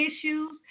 issues